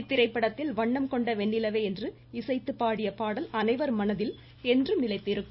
இத்திரைப்படத்தில் வண்ணம் கொண்ட வெண்ணிலவே என்று இசைத்து பாடிய பாடல் அனைவர் மனதிலும் என்றும் நிலைத்திருக்கும்